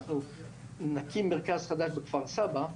אנחנו נקים מרכז חדש בכפר סבא.